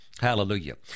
Hallelujah